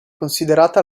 considerata